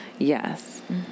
Yes